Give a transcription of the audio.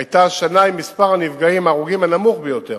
היתה השנה עם מספר הנפגעים ההרוגים הנמוך ביותר.